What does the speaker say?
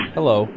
Hello